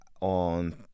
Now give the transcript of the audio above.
on